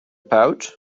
pouch